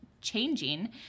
changing